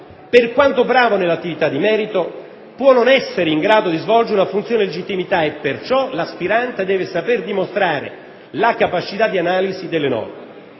per quanto bravo nell'attività di merito, può non essere in grado di svolgere una funzione di legittimità e perciò l'aspirante deve saper dimostrare la capacità di analisi delle norme.